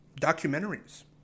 documentaries